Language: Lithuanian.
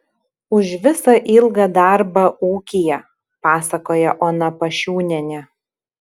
už visą ilgą darbą ūkyje pasakoja ona pašiūnienė